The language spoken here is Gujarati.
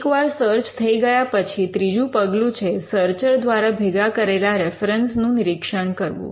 એકવાર સર્ચ થઈ ગયા પછી ત્રીજું પગલું છે સર્ચર દ્વારા ભેગા કરેલા રેફરન્સ નું નિરીક્ષણ કરવું